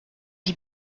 die